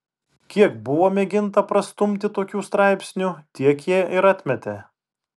kiek buvo mėginta prastumti tokių straipsnių tiek jie ir atmetė